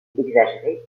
exagérée